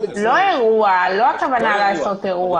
הכוונה היא לא לעשות אירוע.